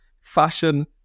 fashion